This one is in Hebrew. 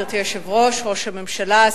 ראש הממשלה,